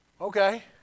Okay